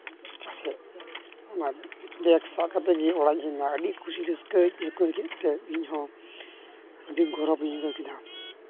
ᱯᱟᱥᱮᱡ ᱚᱱᱟ ᱵᱮᱜᱽ ᱥᱟᱵ ᱠᱟᱛᱮ ᱜᱮ ᱚᱲᱟᱜ ᱤᱧ ᱦᱮᱡᱱᱟ ᱟᱹᱰᱤ ᱠᱩᱥᱤ ᱨᱟᱹᱥᱠᱟ ᱟᱹᱭᱠᱟᱹᱣ ᱠᱮᱜ ᱛᱮ ᱤᱧᱦᱚᱸ ᱟᱹᱰᱤ ᱜᱚᱨᱚᱵᱤᱧ ᱟᱹᱭᱠᱟᱹᱣ ᱠᱮᱫᱟ